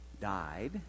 Died